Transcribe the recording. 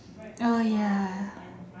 oh ya